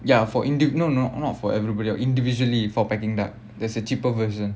ya for indi~ no no not for everybody individually for peking duck there's a cheaper version